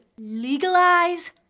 legalize